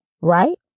right